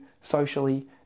socially